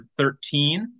13